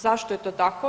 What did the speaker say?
Zašto je to tako?